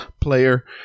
player